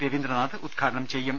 രവീ ന്ദ്രനാഥ് ഉദ്ഘാടനം ചെയ്യും